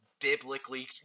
biblically